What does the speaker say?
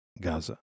Gaza